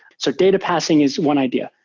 so data passing is one idea.